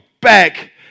back